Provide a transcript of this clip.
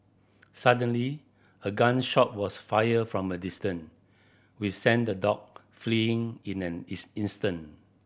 suddenly a gun shot was fired from a distance which sent the dog fleeing in an ins instant